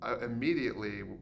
immediately